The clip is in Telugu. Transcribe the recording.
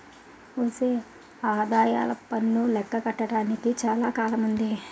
ఒసే ఆదాయప్పన్ను లెక్క కట్టడానికి చాలా కాలముందే